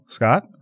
Scott